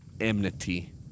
enmity